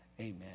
amen